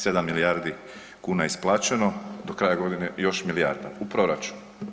7 milijardi kuna isplaćeno, do kraja godine još milijarda u proračun.